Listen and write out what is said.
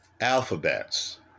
Alphabets